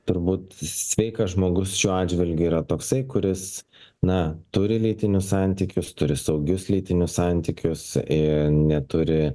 turbūt sveikas žmogus šiuo atžvilgiu yra toksai kuris na turi lytinius santykius turi saugius lytinius santykius ir neturi